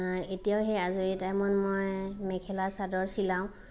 এতিয়াও সেই আজৰি টাইমত মই মেখেলা চাদৰ চিলাওঁ